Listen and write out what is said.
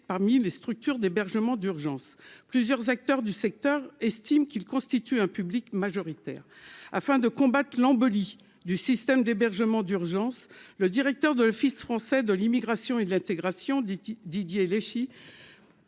parmi les structures d'hébergement d'urgence, plusieurs acteurs du secteur, estime qu'ils constituent un public majoritaire afin de combattre l'embolie du système d'hébergement d'urgence, le directeur de l'Office français de l'Immigration et de l'intégration, Didier,